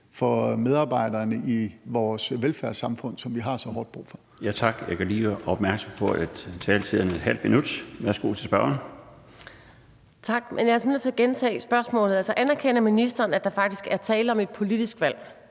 for medarbejderne i vores velfærdssamfund, som vi har så hårdt brug for.